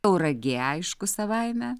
tauragė aišku savaime